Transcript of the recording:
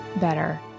better